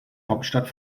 hauptstadt